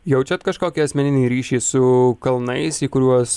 jaučiat kažkokį asmeninį ryšį su kalnais į kuriuos